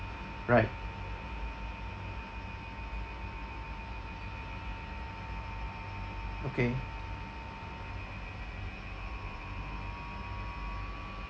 right okay